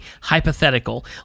hypothetical